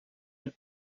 have